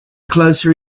closer